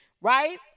right